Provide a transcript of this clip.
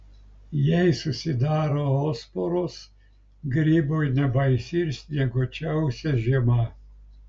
jei susidaro oosporos grybui nebaisi ir snieguočiausia žiema